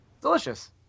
Delicious